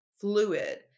fluid